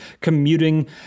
commuting